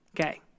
okay